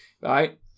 right